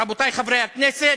רבותי חברי הכנסת,